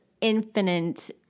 infinite